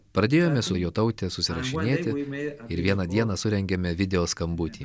pradėjome su jotaute susirašinėti ir vieną dieną surengėme video skambutį